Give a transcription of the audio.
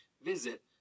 Visit